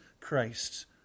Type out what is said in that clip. Christ